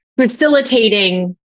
facilitating